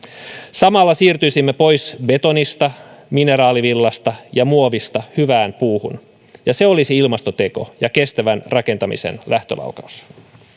samalla siirtyisimme pois betonista mineraalivillasta ja muovista hyvään puuhun ja se olisi ilmastoteko ja kestävän rakentamisen lähtölaukaus